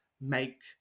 make